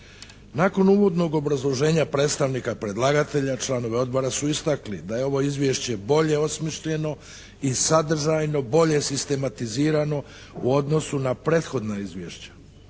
Nakon uvodnog obrazloženja predstavnika predlagatelja članovi Odbora su istakli da je ovo izvješće bolje osmišljeno i sadržajno bolje sistematizirano u odnosu na prethodna izvješća.